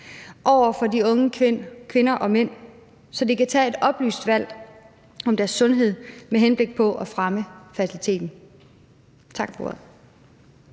over for de unge kvinder og mænd, så de kan tage et oplyst valg om deres sundhed med henblik på at fremme fertiliteten. Tak for